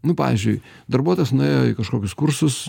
nu pavyzdžiui darbuotojas nuėjo į kažkokius kursus